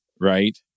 Right